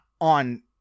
on